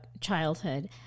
childhood